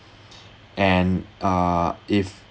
and uh if